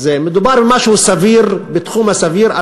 מדובר על משהו בתחום הסביר,